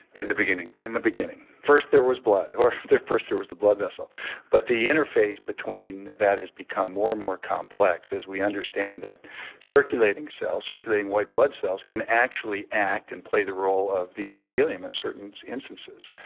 in the beginning? in the beginning first there was blood, first there was the blood vessel but the interface between that has become more and more complex as we understand that circulating cells, circulating white blood cells, can actually act and play the role of the endothelium in certain instances,